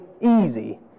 easy